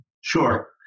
Sure